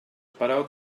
però